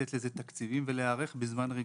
לתת לזה תקציבים ולהיערך בזמן רגיעה,